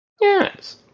Yes